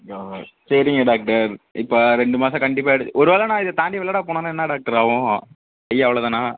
ஐயோ சரிங்க டாக்டர் இப்போ ரெண்டு மாதம் கண்டிப்பாக எடு ஒருவேளை நான் இதை தாண்டி வெள்ளாட போனன்னா என்ன டாக்டர் ஆவும் கை அவ்வளோ தானா